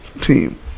team